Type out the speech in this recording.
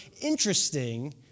interesting